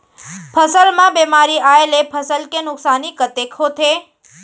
फसल म बेमारी आए ले फसल के नुकसानी कतेक होथे?